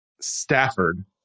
Stafford